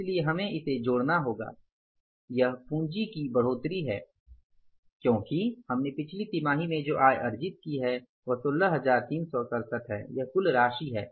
इसलिए हमें इसे जोड़ना होगा यह पूंजी की बढ़ोतरी है क्योंकि हमने पिछली तिमाही में जो आय अर्जित की है वह १६३६७ है यह कुल राशि है